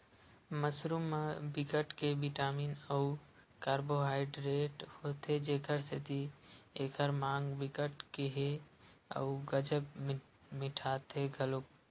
mushroom म बिकट के बिटामिन अउ कारबोहाइडरेट होथे जेखर सेती एखर माग बिकट के ह अउ गजब मिटाथे घलोक